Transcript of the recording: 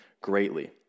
greatly